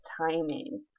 timing